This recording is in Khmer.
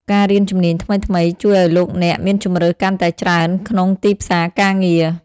ការរៀនជំនាញថ្មីៗ ជួយឱ្យលោកអ្នកមានជម្រើសកាន់តែច្រើនក្នុងទីផ្សារការងារ។